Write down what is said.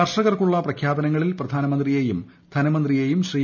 കർഷകർക്കുള്ള പ്രഖ്യാപ്പനിങ്ങളിൽ പ്രധാനമന്ത്രിയെയും ധനമന്ത്രിയെയും ശ്രീ